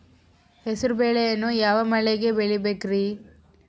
ಹೆಸರುಬೇಳೆಯನ್ನು ಯಾವ ಮಳೆಗೆ ಬೆಳಿಬೇಕ್ರಿ?